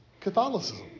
Catholicism